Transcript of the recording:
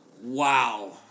Wow